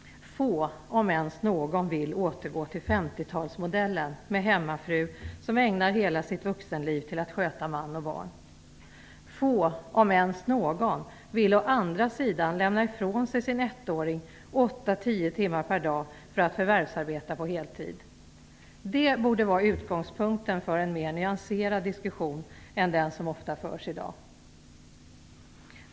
Få, om ens någon, vill återgå till 50-talsmodellen med en hemmafru som ägnar hela sitt vuxenliv åt att sköta man och barn. Få, om ens någon, vill å andra sidan lämna ifrån sig sin ettåring under 8-10 timmar per dag för att förvärvsarbeta på heltid. Detta borde vara utgångspunkten för en mer nyanserad diskussion än den som ofta förs i dag.